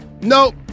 Nope